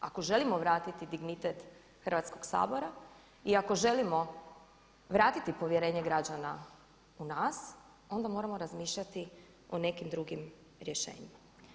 Ako želimo vratiti dignitet Hrvatskog sabora i ako želimo vratiti povjerenje građana u nas onda moramo razmišljati o nekim drugim rješenjima.